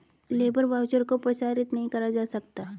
labour voucher को प्रसारित नहीं करा जा सकता